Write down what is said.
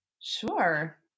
Sure